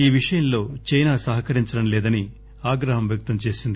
ఈ విషయంలో చైనా సహకరించడంలేదని ఆగ్రహం వ్యక్తం చేసింది